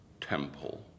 temple